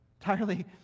entirely